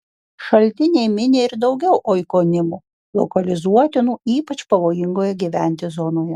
šaltiniai mini ir daugiau oikonimų lokalizuotinų ypač pavojingoje gyventi zonoje